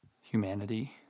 humanity